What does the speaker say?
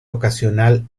ocasional